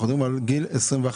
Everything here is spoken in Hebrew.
אנחנו מדברים על גיל 21,